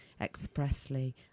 expressly